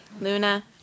Luna